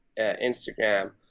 Instagram